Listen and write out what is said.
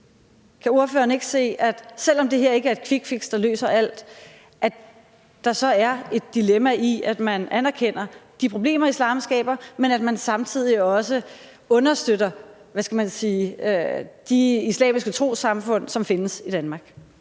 Kan ordføreren ikke se, at der, selv om det her ikke er et quickfix, der løser alt, så er et dilemma i, at man anerkender de problemer, islam skaber, men at man samtidig også understøtter – hvad skal man sige – de islamiske trossamfund, som findes i Danmark?